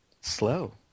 slow